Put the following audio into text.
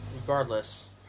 Regardless